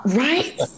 right